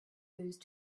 those